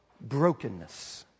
brokenness